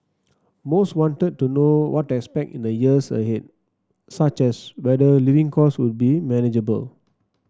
most wanted to know what to expect in the years ahead such as whether living costs would be manageable